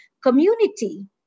community